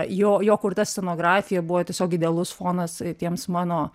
jo jo kurta scenografija buvo tiesiog idealus fonas tiems mano